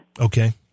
Okay